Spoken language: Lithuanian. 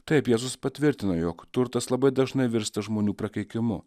taip jėzus patvirtina jog turtas labai dažnai virsta žmonių prakeikimu